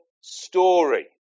story